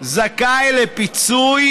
זכאי לפיצוי,